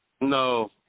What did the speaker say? no